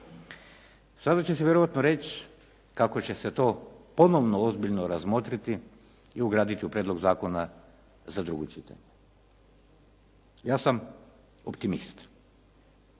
Sada ćete vjerojatno reći kako će se to ponovno ozbiljno razmotriti i ugraditi u prijedlog zakona za drugo čitanje. Ja sam optimist